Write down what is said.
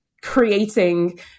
creating